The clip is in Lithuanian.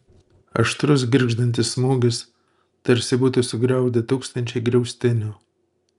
aštrus girgždantis smūgis tarsi būtų sugriaudę tūkstančiai griaustinių